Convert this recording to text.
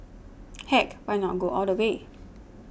heck why not go all the way